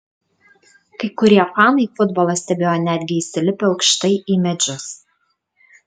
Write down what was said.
kai kurie fanai futbolą stebėjo netgi įsilipę aukštai į medžius